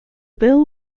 bill